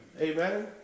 Amen